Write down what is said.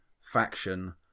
faction